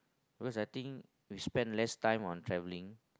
because I think we spend less time on traveling